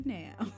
now